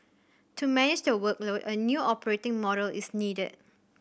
to manage the workload a new operating model is needed